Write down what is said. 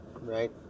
right